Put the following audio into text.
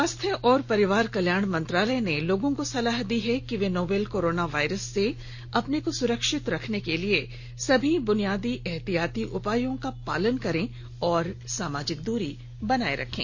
स्वास्थ्य और परिवार कल्याण मंत्रालय ने लोगों को सलाह दी है कि वे नोवल कोरोना वायरस से अपने को सुरक्षित रखने के लिए सभी बुनियादी एहतियाती उपायों का पालन करें और सामाजिक दुरी बनाए रखें